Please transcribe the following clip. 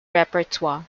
repertoire